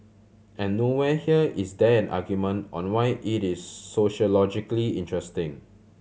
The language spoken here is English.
and nowhere here is there an argument on why it is sociologically interesting